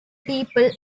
people